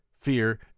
fear